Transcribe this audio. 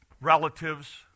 relatives